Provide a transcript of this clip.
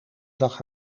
zag